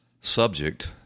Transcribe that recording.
subject